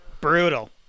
Brutal